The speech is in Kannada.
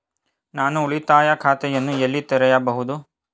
ನಾನು ಉಳಿತಾಯ ಖಾತೆಯನ್ನು ಎಲ್ಲಿ ತೆರೆಯಬಹುದು?